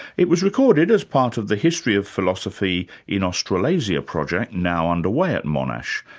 it was recorded as part of the history of philosophy in australasia project now under way at monash,